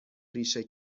ریشه